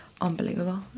Unbelievable